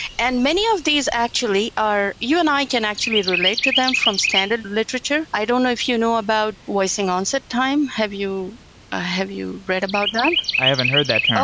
and many of these actually are you and i can actually relate to them from standard literature. i don't know if you know about voicing onset time. have you ah have you read about that? i haven't heard that term.